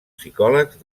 psicòlegs